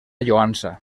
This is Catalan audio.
lloança